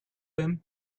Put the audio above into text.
him